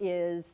is